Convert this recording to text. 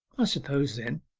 i suppose then,